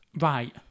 Right